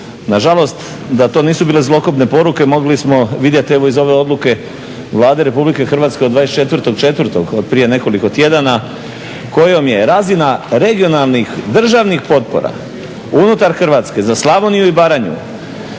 Nažalost, da to nisu bile zlokobne poruke mogli bismo vidjeti, evo iz ove odluke Vlade RH od 24.04., od prije nekoliko tjedana kojom je razina regionalnih državnih potpora unutar Hrvatske za Slavoniju i Baranju